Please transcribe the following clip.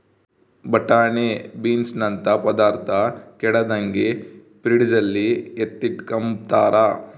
ಬಟಾಣೆ ಬೀನ್ಸನಂತ ಪದಾರ್ಥ ಕೆಡದಂಗೆ ಫ್ರಿಡ್ಜಲ್ಲಿ ಎತ್ತಿಟ್ಕಂಬ್ತಾರ